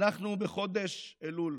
אנחנו בחודש אלול,